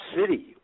City